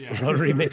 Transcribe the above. Rotary